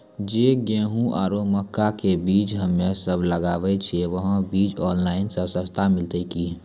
जे गेहूँ आरु मक्का के बीज हमे सब लगावे छिये वहा बीज ऑनलाइन मे सस्ता मिलते की?